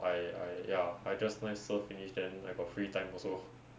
I I ya I just nice serve finish then I got free time also